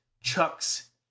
Chuck's